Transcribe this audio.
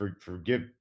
forgive